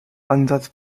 ansatz